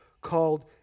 called